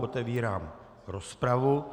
Otevírám rozpravu.